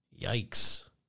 Yikes